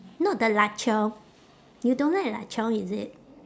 not the lup cheong you don't like lup cheong is it